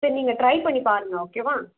சரி நீங்கள் ட்ரை பண்ணிப்பாருங்க ஓகேவா